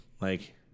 Like-